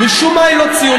משום מה, היא לא ציונית.